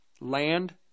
land